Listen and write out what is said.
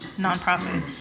nonprofit